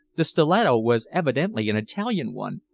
the stiletto was evidently an italian one,